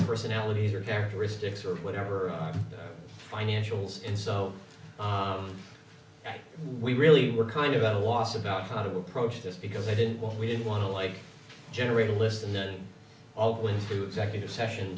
personalities or characteristics or whatever financials and so we really were kind of a loss about how to approach this because i didn't want we didn't want to like generate a list and then always through executive session